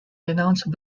denounced